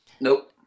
Nope